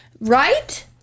Right